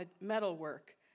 metalwork